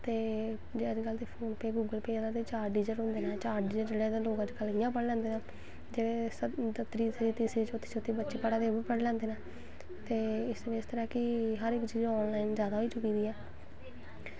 अज्ज कल ते फोन पे गुगल पे आह्ले ते चार डिज्जट होंदे न अज्ज कल चार डिज्जट ते लोग अज्ज कल इ'यां पढ़ी लैंदे न ते तीसरी तीसरी चौत्थी चौत्थी बच्चे पढ़ा दे ओह् बी पढ़ी लैंदे नै ते इस्तो बेह्तर ऐ ऑन लाईन हर इक चीज़ होई चुकी दी ऐ